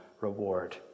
reward